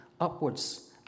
upwards